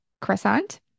croissant